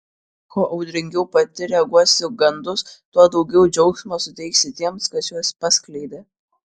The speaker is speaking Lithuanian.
kuo audringiau pati reaguosi į gandus tuo daugiau džiaugsmo suteiksi tiems kas juos paskleidė